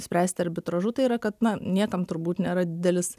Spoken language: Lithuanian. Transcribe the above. spręsti arbitražu tai yra kad na niekam turbūt nėra didelis